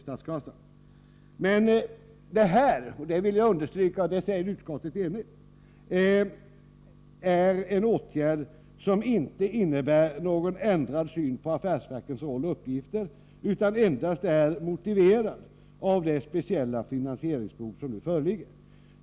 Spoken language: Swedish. Jag vill understryka att —i fråga om detta är utskottet enigt — detta är en åtgärd som inte innebär någon ändrad syn på affärsverkens roll och uppgifter utan endast är motiverad av de speciella finansieringsbehov som nu föreligger.